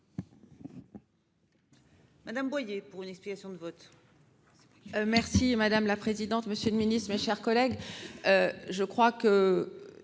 Madame Boyer pour une explication de vote.